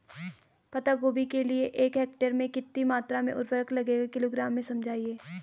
पत्ता गोभी के लिए एक हेक्टेयर में कितनी मात्रा में उर्वरक लगेगा किलोग्राम में समझाइए?